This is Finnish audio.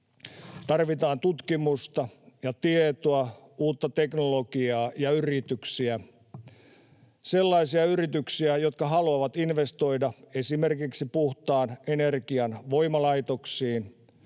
Tarvitaan tutkimusta ja tietoa, uutta teknologiaa ja yrityksiä, sellaisia yrityksiä, jotka haluavat investoida esimerkiksi puhtaan energian voimalaitoksiin,